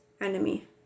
enemy